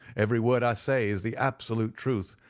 every word i say is the absolute truth,